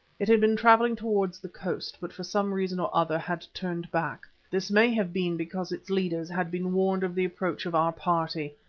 it had been travelling towards the coast, but for some reason or other had turned back. this may have been because its leaders had been warned of the approach of our party.